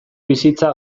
bizitza